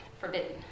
forbidden